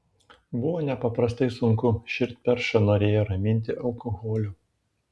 buvo nepaprastai sunku širdperšą norėjo raminti alkoholiu